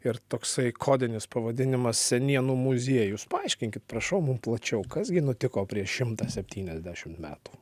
ir toksai kodinis pavadinimas senienų muziejus paaiškinkit prašau mum plačiau kas gi nutiko prieš šimtą septyniasdešimt metų